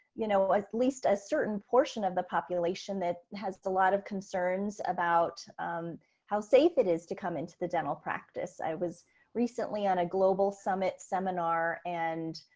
you know, at least a certain portion of the population that has a lot of concerns about how safe it is to come into the dental practice. i was recently on a global summit seminar and.